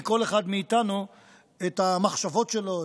מכל אחד מאיתנו את המחשבות שלו,